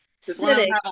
Sitting